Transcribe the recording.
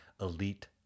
elite